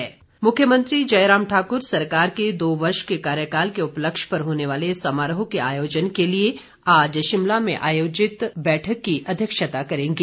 मुख्यमंत्री मुख्यमंत्री जयराम ठाकुर सरकार के दो वर्ष के कार्यकाल के उपलक्ष्य पर होने वाले समारोह के आयोजन के लिए आज शिमला में आयोजित बैठक की अध्यक्षता करेंगे